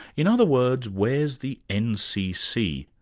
in other words, where's the ncc,